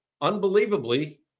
unbelievably